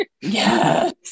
yes